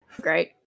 Great